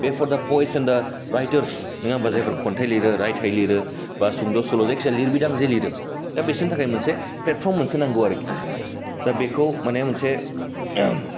बे पर दा पइध्स अन दा राइटार्स नोङा होम्बा जायफ्रा खन्थाइ लिरो रायथाइ लिरो बा सुंद' सल' जायखिजाय लिरबिदां जे लिरो दा बेसोरनि थाखाय मोनसे फ्लेदपर्म मोनसे नांगौ आरखि दा बेखौ मानि मोनसे